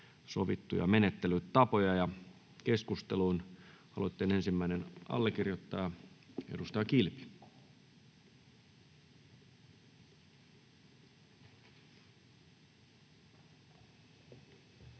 sovittuja menettelytapoja. — Keskusteluun. Aloitteen ensimmäinen allekirjoittaja, edustaja Kilpi. Arvoisa